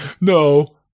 no